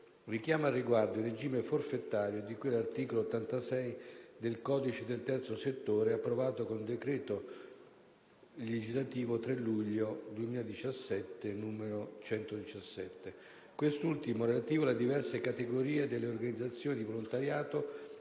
Richiamo, al riguardo, il regime forfettario, di cui all'articolo 86 del codice del terzo settore, approvato con decreto legislativo n. 117 del 3 luglio 2017. Questo ultimo, relativo alle diverse categorie delle organizzazioni di volontariato